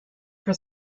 for